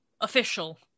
official